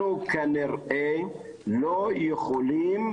אנחנו כנראה לא יכולים